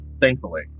thankfully